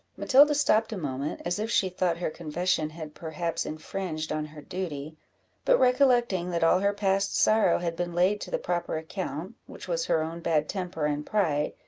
matilda stopped a moment, as if she thought her confession had perhaps infringed on her duty but recollecting that all her past sorrow had been laid to the proper account, which was her own bad temper and pride,